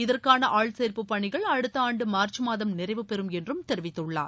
இதற்கான ஆள்சேர்ப்பு பணிகள் அடுத்த ஆண்டு மார்ச் மாதம் நிறைவுபெறும் என்றும் தெரிவித்துள்ளார்